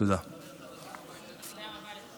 אולם אין ספק